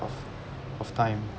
of of time